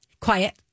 Quiet